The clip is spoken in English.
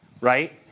right